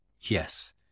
yes